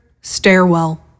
stairwell